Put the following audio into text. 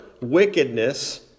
wickedness